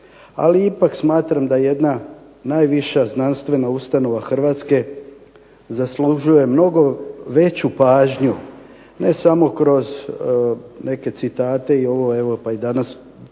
ali ipak smatram da jedna najviša znanstvena ustanova Hrvatske zaslužuje mnogo veću pažnju ne samo kroz neke citate i ovo evo pa i danas